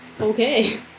Okay